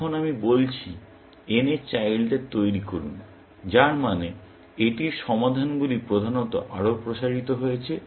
এখন আমি বলছি n এর চাইল্ডদের তৈরি করুন যার মানে এটির সমাধানগুলি প্রধানত আরও প্রসারিত হয়েছে